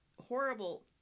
horrible